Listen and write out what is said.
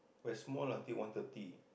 West Mall until one thirty